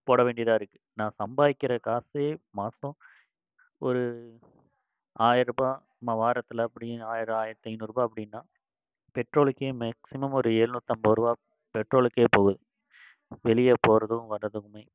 போட வேண்டியதாக இருக்குது நான் சம்பாதிக்கிற காசே மாசம் ஒரு ஆயர்ருபா ம வாரத்தில் அப்படி ஆயிரோம் ஆயிரத்தி ஐநூறுரூபா அப்படின்னா பெட்ரோலுக்கே மேக்ஸிமம் ஒரு ஏழ்நூற்ரம்பதுரூவா பெட்ரோலுக்கே போகுது வெளியே போகிறதும் வரதுமே